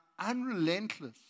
unrelentless